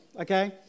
okay